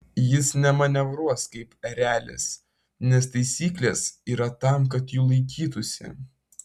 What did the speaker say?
jis nemanevruos kaip erelis nes taisyklės yra tam kad jų laikytųsi